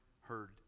heard